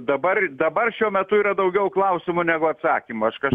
dabar dabar šiuo metu yra daugiau klausimų negu atsakymų aš kaž